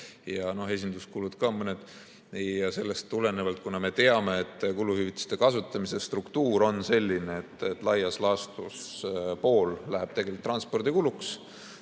ja esinduskulud ka mõned. Ja kuna me teame, et kuluhüvitiste kasutamise struktuur on selline, et laias laastus pool läheb tegelikult transpordikuluks,